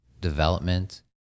development